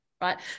right